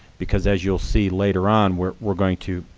because as you'll see later on, we're we're going to,